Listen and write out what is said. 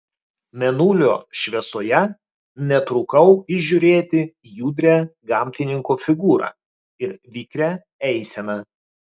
mėnulio šviesoje netrukau įžiūrėti judrią gamtininko figūrą ir vikrią eiseną